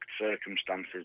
circumstances